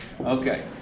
Okay